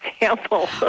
example